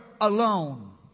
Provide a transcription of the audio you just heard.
alone